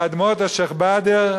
ואדמות שיח'-באדר,